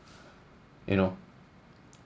you know